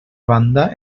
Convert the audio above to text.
banda